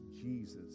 Jesus